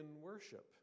worship